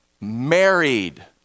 married